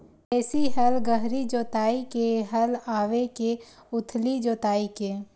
देशी हल गहरी जोताई के हल आवे के उथली जोताई के?